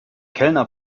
kellner